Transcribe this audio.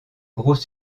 gros